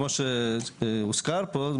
כמו שהוזכר פה,